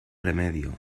remedio